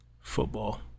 Football